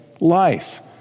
life